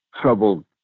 troubled